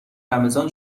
رمضان